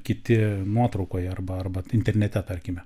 kiti nuotraukoje arba arba internete tarkime